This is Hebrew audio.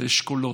זה אשכולות,